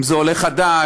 אם זה עולה חדש,